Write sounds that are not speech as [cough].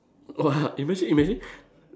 !wah! [laughs] imagine imagine